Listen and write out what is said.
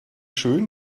schön